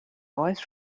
voice